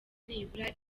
nibura